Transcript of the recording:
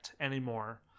anymore